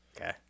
Okay